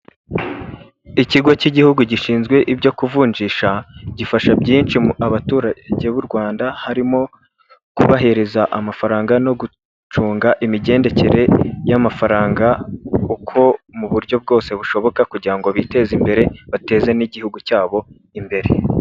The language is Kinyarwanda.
Ikigo cy'igihugu gishinzwe ibyo kuvunjisha, gifasha byinshi abaturage b'u Rwanda, harimo kubahereza amafaranga no gucunga imigendekere y'amafaranga, kuko mu buryo bwose bushoboka kugira ngo biteze imbere bateze n'igihugu cyabo imbere.